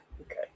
Okay